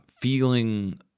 feeling